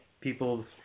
people's